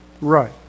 Right